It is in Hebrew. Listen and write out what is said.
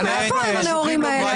איפה הם הנאורים האלה?